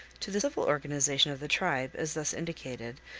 to the civil organization of the tribe, as thus indicated,